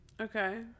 Okay